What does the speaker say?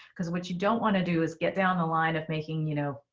because what you don't want to do is get down the line of making, you know,